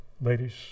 ladies